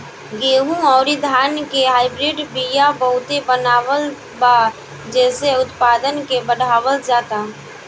गेंहू अउरी धान के हाईब्रिड बिया बहुते बनल बा जेइसे उत्पादन के बढ़ावल जाता